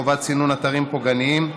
חובת סינון אתרים פוגעניים),